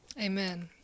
Amen